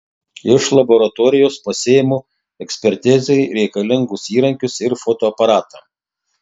iš laboratorijos pasiimu ekspertizei reikalingus įrankius ir fotoaparatą